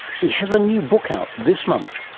he has a new book out this month,